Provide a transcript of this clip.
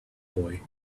boy